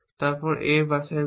তারপর এটি A বাছাই করবে